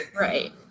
Right